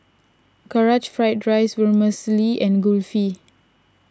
Karaage Fried Chicken Vermicelli and Kulfi